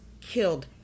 killed